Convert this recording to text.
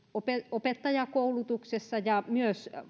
opettajakoulutuksessa ja myös